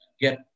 get